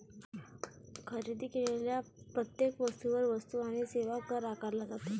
खरेदी केलेल्या प्रत्येक वस्तूवर वस्तू आणि सेवा कर आकारला जातो